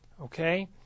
Okay